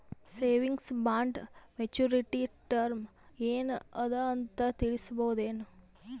Savings bond maturity term ಏನ ಅದ ಅಂತ ತಿಳಸಬಹುದೇನು?